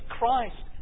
Christ